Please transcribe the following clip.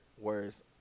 Whereas